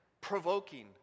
provoking